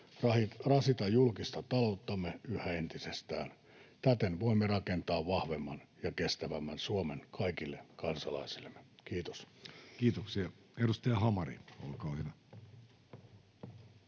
rasita julkista talouttamme yhä entisestään. Täten voimme rakentaa vahvemman ja kestävämmän Suomen kaikille kansalaisillemme. — Kiitos. Kiitoksia. — Edustaja Hamari, olkaa hyvä.